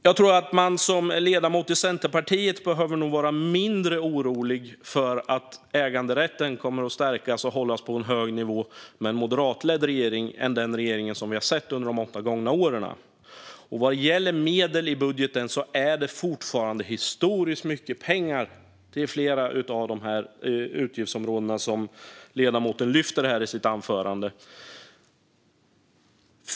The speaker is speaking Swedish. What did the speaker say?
Jag tror att man som ledamot i Centerpartiet nog behöver vara mindre orolig för att äganderätten inte kommer att stärkas och hållas på en hög nivå med en moderatledd regering än med en sådan regering som vi sett under de åtta gångna åren. Vad gäller medel i budgeten är det fortfarande historiskt mycket pengar på flera av utgiftsområdena som ledamoten lyfter fram i sitt anförande.